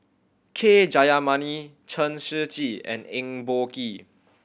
K Jayamani Chen Shiji and Eng Boh Kee